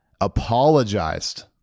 apologized